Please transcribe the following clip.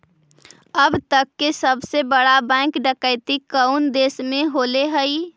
अब तक के सबसे बड़ा बैंक डकैती कउन देश में होले हइ?